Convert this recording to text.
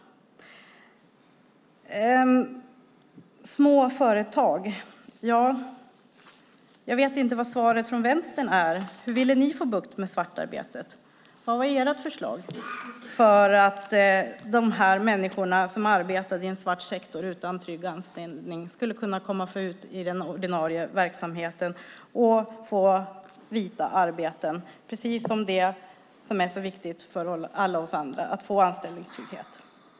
Små företag: Jag vet inte vad svaret från Vänstern är. Hur ville ni få bukt med svartarbetet? Vad var ert förslag för att de människor som arbetade i en svart sektor utan tydlig anställning skulle kunna komma ut i den ordinarie verksamheten och få vita arbeten? Det är det som är så viktigt för alla oss andra - att få anställningstrygghet.